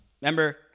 Remember